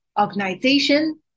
organization